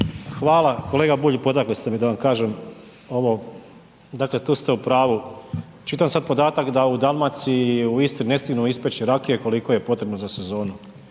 Hvala. Kolega Bulj potakli ste me da kažem ovo, dakle tu ste u pravu. Čitam sad podatak da u Dalmaciji i Istri ne stignu ispeći rakije koliko je potrebno za sezonu,